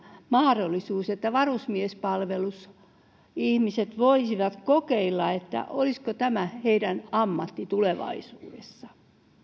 mahdollisuus että varusmiespalvelusihmiset voisivat kokeilla olisiko tämä heidän ammattinsa tulevaisuudessa